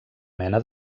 mena